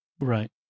Right